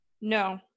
no